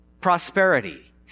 prosperity